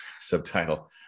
subtitle